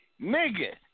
Nigga